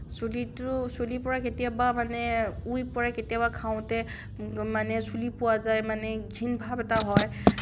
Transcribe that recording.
চুলিটো চুলি পৰা কেতিয়াবা মানে উৰি পৰে কেতিয়াবা খাওঁতে মানে চুলি পোৱা যায় মানে ঘিণ ভাৱ এটা হয়